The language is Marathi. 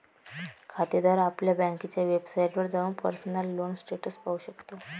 खातेदार आपल्या बँकेच्या वेबसाइटवर जाऊन पर्सनल लोन स्टेटस पाहू शकतो